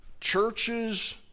Churches